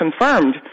confirmed